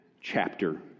chapter